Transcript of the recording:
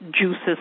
juices